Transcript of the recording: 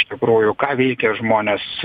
iš tikrųjų ką veikia žmonės